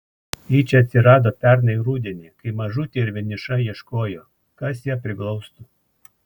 ji čia atsirado pernai rudenį kai mažutė ir vieniša ieškojo kas ją priglaustų